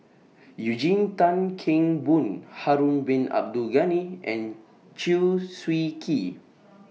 Eugene Tan Kheng Boon Harun Bin Abdul Ghani and Chew Swee Kee